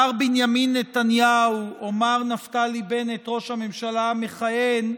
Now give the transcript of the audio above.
מר בנימין נתניהו או מר נפתלי בנט ראש הממשלה המכהן,